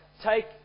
take